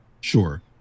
sure